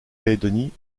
calédonie